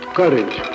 courage